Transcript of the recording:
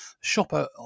shopper